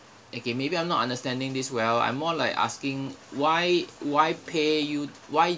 okay maybe I'm not understanding this well I'm more like asking why why pay you why